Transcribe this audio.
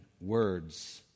Words